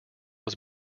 was